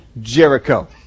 Jericho